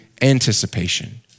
anticipation